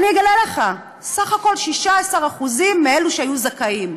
אגלה לך: סך הכול 16% מאלו שהיו זכאים.